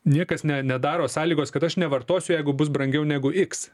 niekas ne nedaro sąlygos kad aš nevartosiu jeigu bus brangiau negu x